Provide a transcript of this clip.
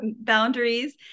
boundaries